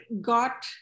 got